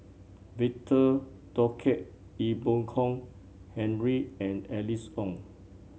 Victor Doggett Ee Boon Kong Henry and Alice Ong